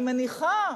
אני מניחה,